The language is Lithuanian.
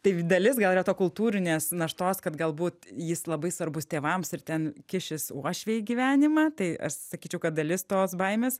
tai dalis gal yra to kultūrinės naštos kad galbūt jis labai svarbus tėvams ir ten kišis uošviai į gyvenimą tai aš sakyčiau kad dalis tos baimės